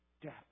death